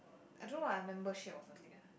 I don't know lah membership or something lah